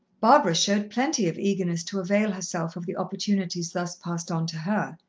barbara showed plenty of eagerness to avail herself of the opportunities thus passed on to her.